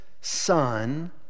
son